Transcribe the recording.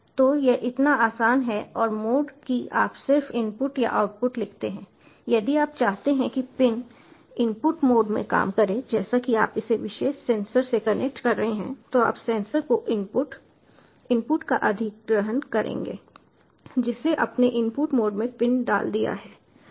तो यह इतना आसान है और मोड कि आप सिर्फ इनपुट या आउटपुट लिखते हैं यदि आप चाहते हैं कि पिन इनपुट मोड में काम करें जैसे कि आप इसे विभिन्न सेंसर से कनेक्ट कर रहे हैं जो आप सेंसर को इनपुट इनपुट का अधिग्रहण करेंगे जिसे आपने इनपुट मोड में पिन डाल दिया है